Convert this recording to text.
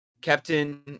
Captain